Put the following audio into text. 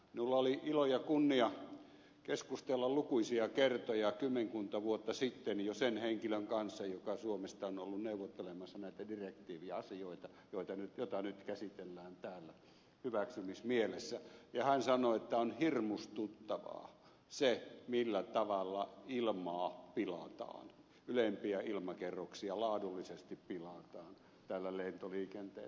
minulla oli ilo ja kunnia keskustella lukuisia kertoja jo kymmenkunta vuotta sitten sen henkilön kanssa joka suomesta on ollut neuvottelemassa näitä direktiiviasioita joita nyt käsitellään täällä hyväksymismielessä ja hän sanoi että on hirmustuttavaa se millä tavalla ilmaa pilataan ylempiä ilmakerroksia laadullisesti pilataan tällä lentoliikenteellä